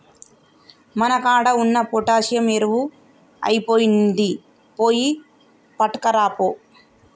మన కాడ ఉన్న పొటాషియం ఎరువు ఐపొయినింది, పోయి పట్కరాపో